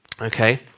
Okay